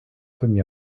semi